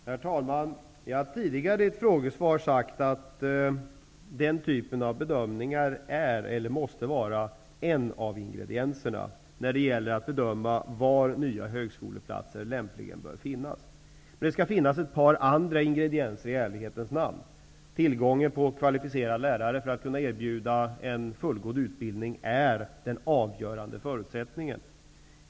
Herr talman! Jag har tidigare i ett frågesvar sagt att den typen av bedömningar måste vara en av ingredienserna när det gäller att bedöma var nya högskoleplatser lämpligen bör förläggas. Det skall i ärlighetens namn sägas att det finns ett par andra ingredienser också. Tillgång på kvalificerade lärare för att kunna erbjuda en fullgod utbildning är den avgörande förutsättningen.